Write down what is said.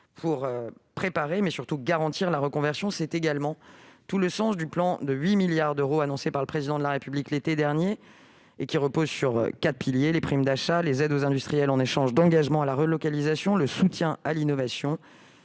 pour préparer et surtout garantir la reconversion. C'est également tout le sens du plan de 8 milliards d'euros annoncé par le Président de la République l'été dernier. Celui-ci repose sur quatre piliers : les primes d'achat, les aides aux industriels en échange d'engagements en matière de relocalisation, le soutien à l'innovation